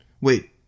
Wait